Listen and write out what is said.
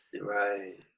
Right